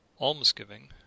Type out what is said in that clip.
Almsgiving